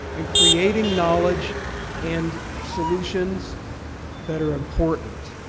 and creating knowledge and solutions that are important,